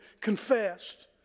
confessed